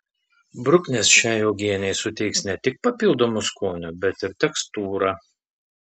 bruknės šiai uogienei suteiks ne tik papildomo skonio bet ir tekstūrą